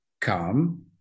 Come